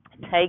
Take